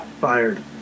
Fired